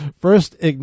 First